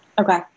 Okay